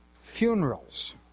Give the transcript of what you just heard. funerals